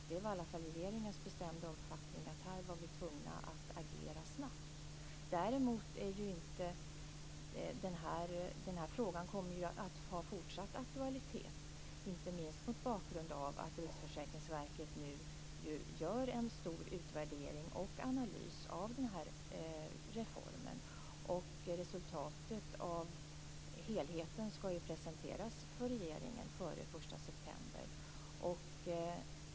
Det var i varje fall regeringens bestämda uppfattning att vi här var tvungna att agera snabbt. Däremot kommer den här frågan att ha fortsatt aktualitet, inte minst mot bakgrund av att Riksförsäkringsverket nu gör en stor utvärdering och analys av reformen. Resultatet av helheten skall presenteras för regeringen före den 1 september.